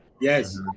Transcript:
Yes